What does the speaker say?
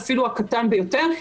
אפילו הקטן ביותר.